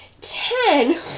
Ten